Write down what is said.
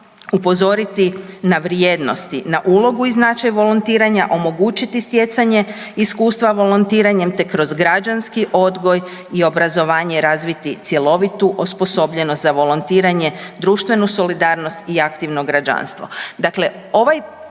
upozoriti na vrijednosti, na ulogu i značaj volontiranja, omogućiti stjecanje iskustva volontiranjem te kroz građanski odgoj i obrazovanje razviti cjelovitu osposobljenost za volontiranje društvenu solidarnost i aktivno građanstvo.